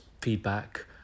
feedback